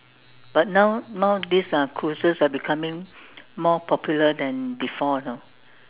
but now now this uh cruises are becoming more popular than before you know